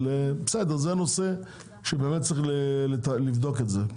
אבל זה נושא שצריך לבדוק אותו.